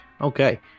Okay